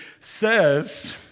says